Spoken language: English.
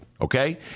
okay